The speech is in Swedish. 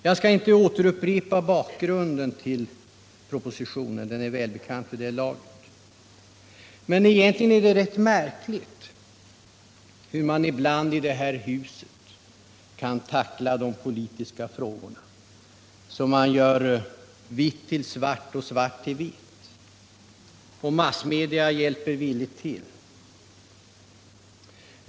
Jag skall inte upprepa vad som är bakgrunden till propositionen, efter som den är välbekant vid det här laget. Men egentligen är det rätt märkligt hur man ibland i det här huset kan tackla de politiska frågorna. Man gör vitt till svart och svart till vitt. Och massmedia hjälper villigt till.